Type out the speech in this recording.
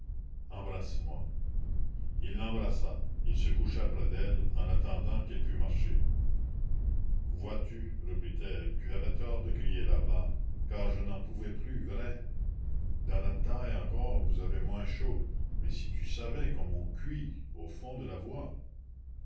embrasse-moi il l'embrassa il se coucha près d'elle en attendant qu'elle pût marcher vois-tu reprit-elle tu avais tort de crier là-bas car je n'en pouvais plus vrai dans la taille encore vous avez moins chaud mais si tu savais comme on cuit au fond de la voie